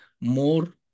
more